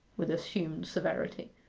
with assumed severity.